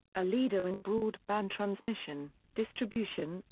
a leader in broadband transmission, distribution,